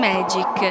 Magic